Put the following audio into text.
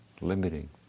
limiting